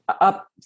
up